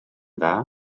dda